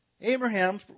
Abraham